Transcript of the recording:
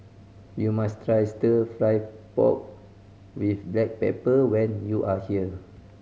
you must try Stir Fry pork with black pepper when you are here